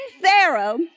Pharaoh